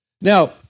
Now